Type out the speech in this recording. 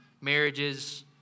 marriages